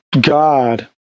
God